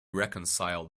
reconcile